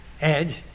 edge